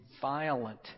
violent